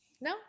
No